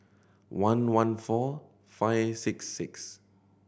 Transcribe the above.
eleven four five six six